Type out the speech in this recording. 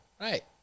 right